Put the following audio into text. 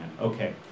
okay